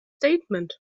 statement